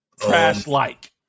Trash-like